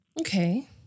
Okay